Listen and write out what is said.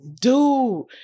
dude